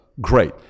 great